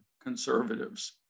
conservatives